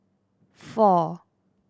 four